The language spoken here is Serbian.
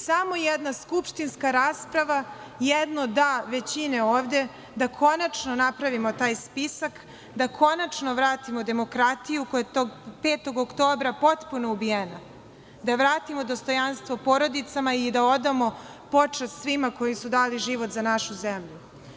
Samo jedna skupštinska rasprava, jedno da većine ovde da konačno napravimo taj spisak, da konačno vratimo demokratiju koja je tog 5. oktobra potpuno ubijena, da vratimo dostojanstvo porodicama i da odamo počast svima koji su dali život za našu zemlju.